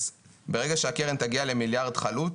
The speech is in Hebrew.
אז ברגע שהקרן תגיע למיליארד חלוט,